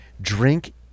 Drink